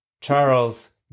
Charles